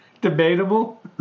Debatable